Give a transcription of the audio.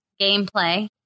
gameplay